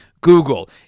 Google